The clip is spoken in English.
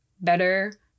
better